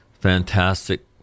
fantastic